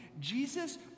Jesus